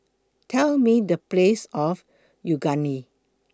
Tell Me The Place of Unagi